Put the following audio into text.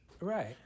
Right